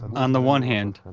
on the one hand,